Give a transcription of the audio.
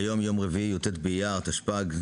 היום יום רביעי י"ט באייר תשפ"ג,